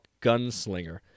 gunslinger